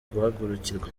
guhagurukirwa